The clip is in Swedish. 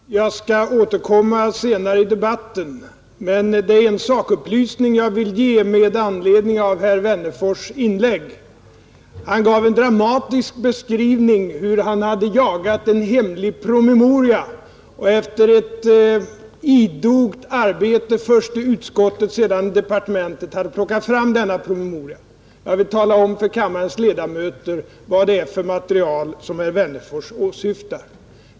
Herr talman! Jag skall återkomma senare i debatten, men jag vill redan nu ge en sakupplysning med anledning av herr Wennerfors” inlägg. Han gav en dramatisk beskrivning av hur han jagat en hemlig promemoria och efter ett idogt arbete, först i utskottet och sedan i departementet, hade plockat fram denna promemoria, Jag vill tala om för kammarens ledamöter vad det är för material herr Wennerfors åsyftar.